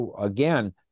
again